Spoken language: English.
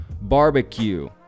Barbecue